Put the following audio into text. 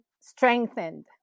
strengthened